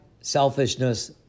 selfishness